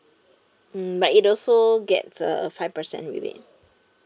mm but it also gets a five percent rebate